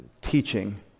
teaching